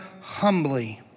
humbly